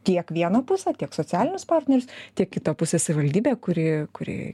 tiek vieną pusę tiek socialinius partnerius tiek kitą pusę savivaldybę kuri kuri